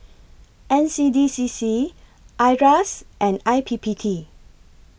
N C D C C IRAS and I P P T